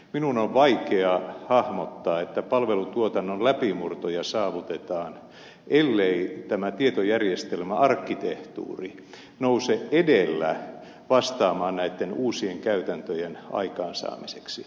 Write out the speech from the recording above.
minun on vaikea hahmottaa että palvelutuotannon läpimurtoja saavutetaan ellei tietojärjestelmäarkkitehtuuri nouse edellä vastaamaan näitten uusien käytäntöjen aikaansaamiseksi